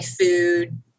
food